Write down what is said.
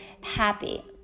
happy